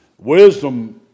Wisdom